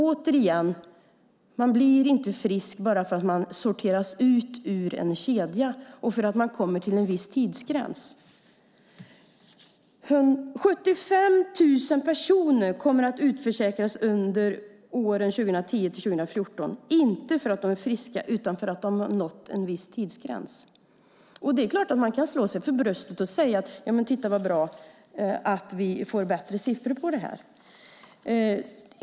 Återigen: Man blir inte frisk bara för att man sorteras ut ur en kedja och för att man kommer till en viss tidsgräns. 75 000 personer kommer att utförsäkras under åren 2010-2014, inte för att de är friska utan för att de har nått en viss tidsgräns. Det är klart att man kan slå sig för bröstet och säga att det är bra att vi får bättre siffror för detta.